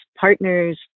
partners